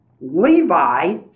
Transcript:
Levi